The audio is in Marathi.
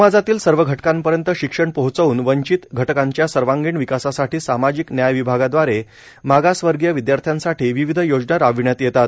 समाजातील सर्व घटकांपर्यंत शिक्षण पोहोचवुन वंचित घटकांच्या सर्वांगीण विकासासाठी सामाजिक न्याय विभागादवारे मागासवर्गीय विदयार्थ्यांसाठी विविध योजना राबविण्यात येतात